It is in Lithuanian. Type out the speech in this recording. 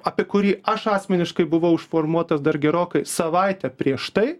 apie kurį aš asmeniškai buvau išformuotas dar gerokai savaitę prieš tai